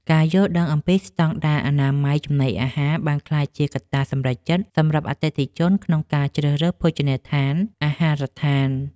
ការយល់ដឹងអំពីស្តង់ដារអនាម័យចំណីអាហារបានក្លាយជាកត្តាសម្រេចចិត្តសម្រាប់អតិថិជនក្នុងការជ្រើសរើសភោជនីយដ្ឋានអាហារដ្ឋាន។